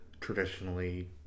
traditionally